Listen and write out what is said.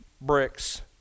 bricks